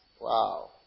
Wow